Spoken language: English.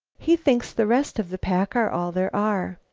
he thinks the rest of the pack are all there are.